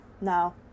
Now